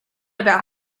about